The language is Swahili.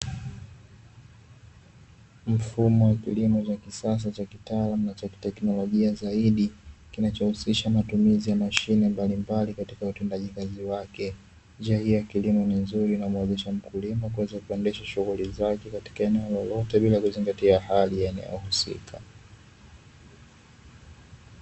Mfumo wa kilimo cha kisasa cha kitaalamu na cha teknolojia zaidi, kinachohusisha matumizi ya mashine mbalimbali katika utendaji kazi wake. Njia hiyo ya kilimo ni nzuri na humuwezesha mkulima kuweza kuendesha shughuli zake katika eneo lolote, bila kuzingatia hali ya eneo husika.